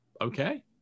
okay